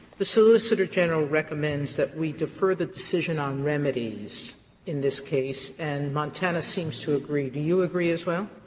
the solicitor general recommends that we defer the decision on remedies in this case, and montana seems to agree. do you agree as well?